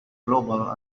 global